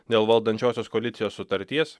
dėl valdančiosios koalicijos sutarties